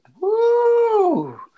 Woo